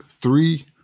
three